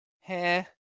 Heh